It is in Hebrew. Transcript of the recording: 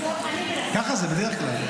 ככה זה בדרך כלל.